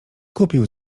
kupił